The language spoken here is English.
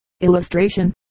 Illustration